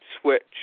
switch